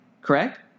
Correct